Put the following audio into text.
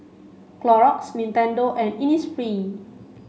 Clorox Nintendo and Innisfree